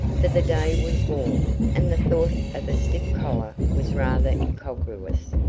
for the day was warm, and the thought of a stiff collar was rather incongruous.